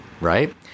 right